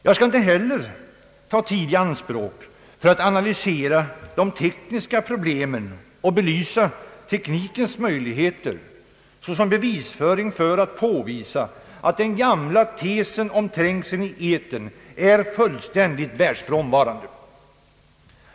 Jag skall inte heller ta tid i anspråk för att analysera de tekniska problemen och belysa teknikens möjligheter såsom bevisföring för att den gamla tesen om trängseln i etern är fullständigt världsfrämmande.